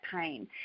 pain